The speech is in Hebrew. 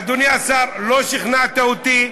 אדוני השר, לא שכנעת אותי.